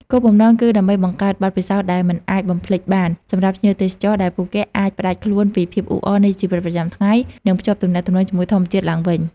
គោលបំណងគឺដើម្បីបង្កើតបទពិសោធន៍ដែលមិនអាចបំភ្លេចបានសម្រាប់ភ្ញៀវទេសចរ ដែលពួកគេអាចផ្តាច់ខ្លួនពីភាពអ៊ូអរនៃជីវិតប្រចាំថ្ងៃ និងភ្ជាប់ទំនាក់ទំនងជាមួយធម្មជាតិឡើងវិញ។